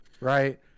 right